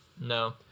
No